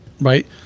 right